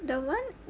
the one